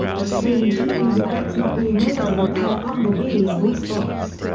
but clearly deeply regrets not being able to repair bumblebee's voice box.